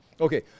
Okay